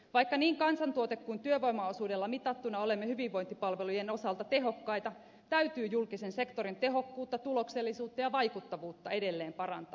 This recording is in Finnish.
vaikka niin kansantuote kuin työvoimaosuudella mitattuna olemme hyvinvointipalvelujen osalta tehokkaita täytyy julkisen sektorin tehokkuutta tuloksellisuutta ja vaikuttavuutta edelleen parantaa